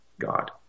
God